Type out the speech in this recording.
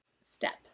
step